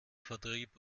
vertrieb